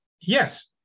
Yes